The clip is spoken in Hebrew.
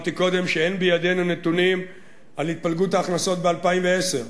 אמרתי קודם שאין בידינו נתונים על התפלגות ההכנסות ב-2010,